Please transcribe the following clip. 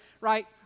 right